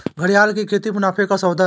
घड़ियाल की खेती मुनाफे का सौदा है